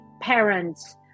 parents